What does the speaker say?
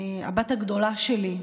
הבת הגדולה שלי,